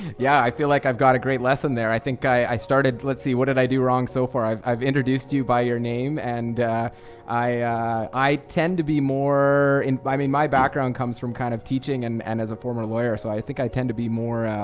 yeah i feel like i've got a great lesson there i think i started let's see what did i do wrong so far i have introduced you by your name and i tend to be more inviting my background comes from kind of teaching and and as a former lawyer so i think i tend to be more